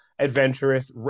adventurous